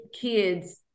kids